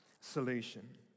solution